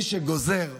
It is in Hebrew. מי שגוזר עושר,